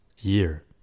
year